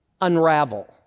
unravel